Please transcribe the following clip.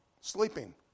sleeping